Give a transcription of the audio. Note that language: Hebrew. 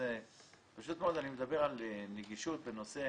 פשוט אני מדבר על נגישות בנושא